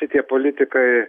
šitie politikai